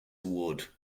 award